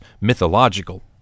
mythological